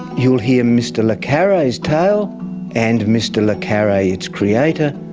you'll hear mr le carre's tale and mr le carre, its creator,